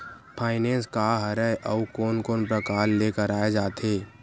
Finance का हरय आऊ कोन कोन प्रकार ले कराये जाथे?